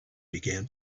began